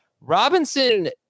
Robinson